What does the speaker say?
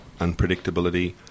unpredictability